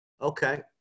Okay